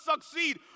succeed